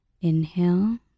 Inhale